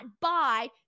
buy